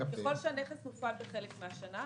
ככל שהנכס מופעל בחלק מהשנה,